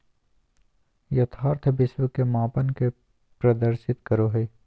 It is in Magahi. यथार्थ विश्व के मापन के प्रदर्शित करो हइ